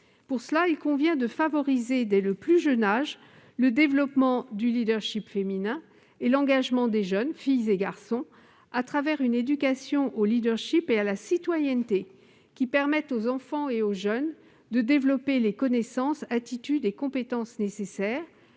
leader. Il convient donc de favoriser dès le plus jeune âge le développement du leadership féminin et l'engagement des jeunes, filles et garçons, au travers d'une éducation au leadership et à la citoyenneté qui permette aux enfants et aux jeunes de développer les connaissances, attitudes et compétences nécessaires